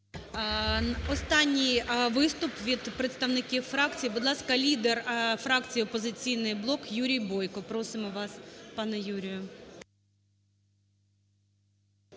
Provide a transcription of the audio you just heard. Останній виступ від представників фракцій. Будь ласка, лідер фракції "Опозиційний блок" Юрій Бойко. Просимо вас, пане Юрію.